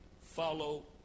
follow